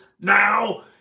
now